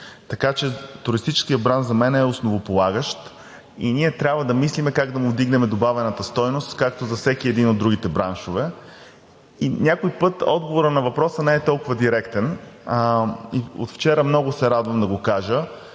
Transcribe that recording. Така че туристическият бранш за мен е основополагащ и ние трябва да мислим как да му вдигнем добавената стойност, както за всеки един от другите браншове. Някой път отговорът на въпроса не е толкова директен. От вчера много се радвам да го кажа,